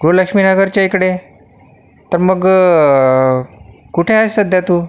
गृहलक्ष्मीनगरच्या इकडे तर मग कुठे आहे सध्या तू